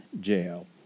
jail